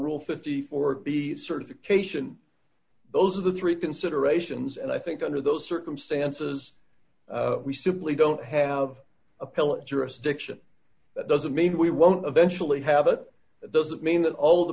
rule fifty four b certification those are the three considerations and i think under those circumstances we simply don't have a pill jurisdiction that doesn't mean we won't eventually have it that doesn't mean that all the